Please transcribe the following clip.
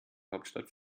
hauptstadt